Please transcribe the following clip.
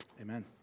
Amen